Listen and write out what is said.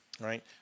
right